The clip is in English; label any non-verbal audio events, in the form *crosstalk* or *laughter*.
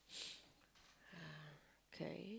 *noise* ah okay